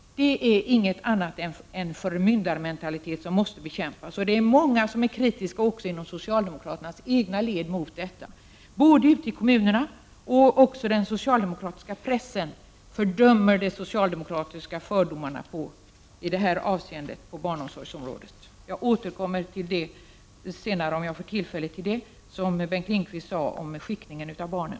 Detta är ingenting annat än en förmyndarmentalitet som måste bekämpas. Det är många även inom socialdemokratins egna led som är kritiska mot detta. T.ex. ute i kommunerna och i den socialdemokratiska pressen fördöms de socialdemokratiska fördomarna i detta avseende på barnomsorgsområdet. Om jag får tillfälle återkommer jag till det som Bengt Lindqvist sade om skiktning av barnen.